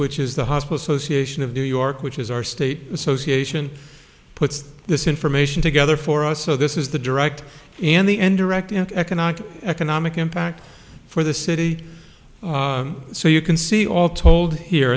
which is the hospice o c a ssion of new york which is our state association puts this information together for us so this is the direct and the end direct economic economic impact for the city so you can see all told here